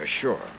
sure